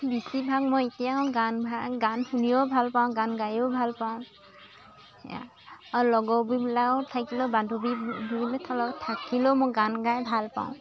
বেছিভাগ মই এতিয়াও গান ভ গান শুনিও ভাল পাওঁ গান গাইও ভাল পাওঁ লগৰ বিলাকো থাকিলেও বান্ধৱী থ থাকিলেও মই গান গাই ভাল পাওঁ